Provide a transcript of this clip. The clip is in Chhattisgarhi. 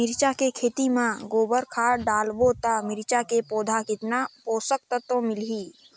मिरचा के खेती मां गोबर खाद डालबो ता मिरचा के पौधा कितन पोषक तत्व मिलही?